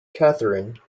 katharine